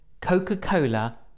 coca-cola